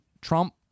Trump